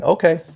Okay